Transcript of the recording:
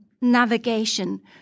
navigation